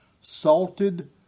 salted